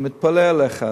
אני מתפלא עליך,